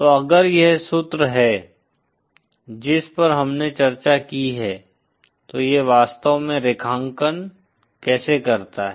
तो अगर यह सूत्र है जिस पर हमने चर्चा की है तो यह वास्तव में रेखांकन कैसे करता है